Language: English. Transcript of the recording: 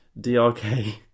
drk